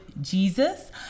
Jesus